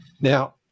Now